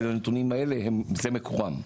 הנתונים האלה, זה מקורם.